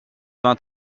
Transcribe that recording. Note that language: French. vingt